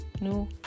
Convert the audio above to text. no